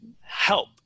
Help